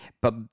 But-